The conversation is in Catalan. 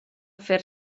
fer